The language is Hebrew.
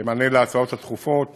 מענה על ההצעות הדחופות